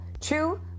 true